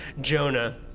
Jonah